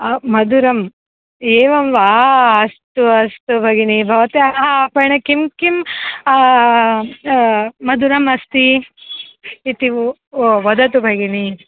मधुरम् एवं वा अस्तु अस्तु भगिनि भवत्याः आपणे किं किं मधुरम् अस्ति इति वदतु भगिनि